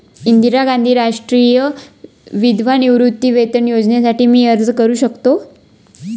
इंदिरा गांधी राष्ट्रीय विधवा निवृत्तीवेतन योजनेसाठी मी अर्ज करू शकतो?